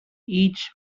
each